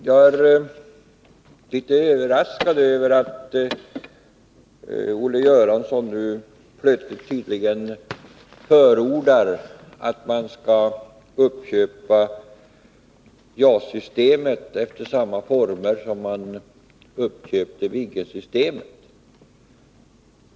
Herr talman! Jag är litet överraskad över att Olle Göransson nu plötsligt tydligen förordar att man skall uppköpa JAS-systemet efter samma former som man uppköpte Viggensystemet.